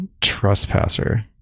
Trespasser